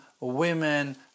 women